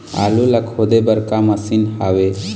आलू ला खोदे बर का मशीन हावे?